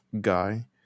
guy